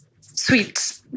sweet